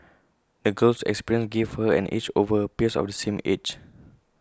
the girl's experiences gave her an edge over her peers of the same age